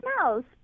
smells